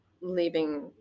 leaving